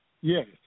yes